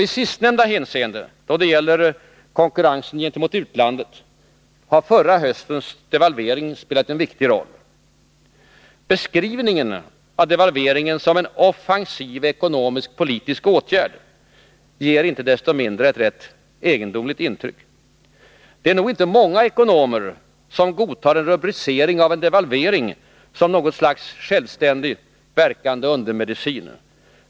I sistnämda hänseende har förra höstens devalvering spelat en viktig roll. Beskrivningen av devalveringen som en offensiv ekonomisk-politisk åtgärd ger inte desto mindre ett egendomligt intryck. Det är nog inte många ekonomer som godtar en rubricering av en devalvering som något slags självständigt verkande undermedicin.